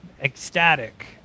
Ecstatic